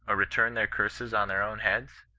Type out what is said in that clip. return their curses on their own heads?